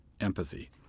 empathy